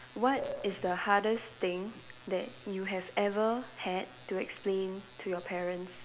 what is the hardest thing that you have ever had to explain to your parents